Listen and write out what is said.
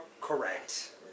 correct